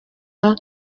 rwanda